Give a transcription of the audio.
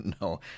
No